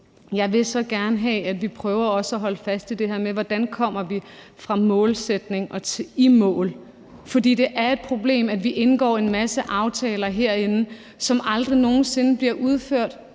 Jeg vil så gerne have, at vi også prøver at holde fast i det her med, hvordan vi kommer fra målsætningen og i mål. For det er et problem, at vi indgår en masse aftaler herinde, som aldrig nogen sinde bliver udført